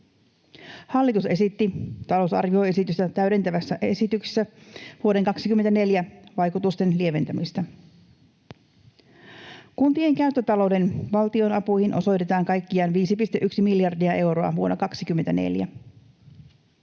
Hallitus esitti talousarvioesitystä täydentävässä esityksessä vuoden 24 vaikutusten lieventämistä. Kuntien käyttötalouden valtionapuihin osoitetaan kaikkiaan 5,1 miljardia euroa vuonna 24.